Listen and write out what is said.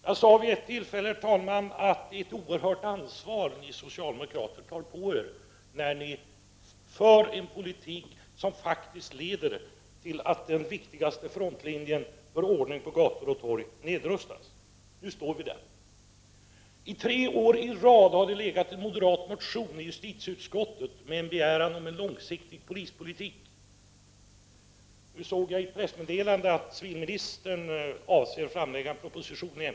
Jag sade vid ett tillfälle, herr talman, att det är ett oerhört ansvar som socialdemokraterna tar på sig när de för en politik som faktiskt leder till att den viktigaste frontlinjen för upprätthållandet av ordningen på gator och torg nedrustas. Nu står vi där. Tre år i rad har justitieutskottet haft att behandla en moderat motion med en begäran om en långsiktig polispolitik. Jag har nu i ett pressmeddelande sett att civilministern avser att framlägga en proposition i ämnet.